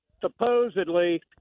Supposedly